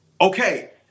Okay